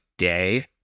day